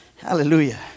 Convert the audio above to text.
hallelujah